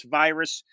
virus